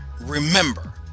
remember